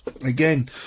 Again